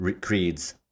creeds